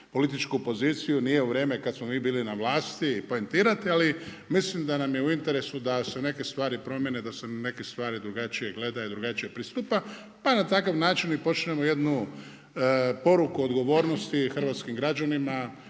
političku poziciju, nije vrijeme kad smo mi bili na vlasti poentirati. Ali mislim da nam je u interesu da se neke stvari promjene, da se neke stvari drugačije gledaju, drugačije pristupa, pa na takav način i počnemo jednu poruku odgovornosti hrvatskim građanima,